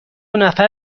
نفر